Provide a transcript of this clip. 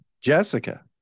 Jessica